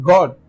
God